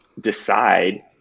decide